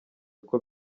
uko